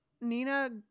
nina